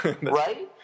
Right